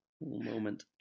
moment